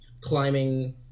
climbing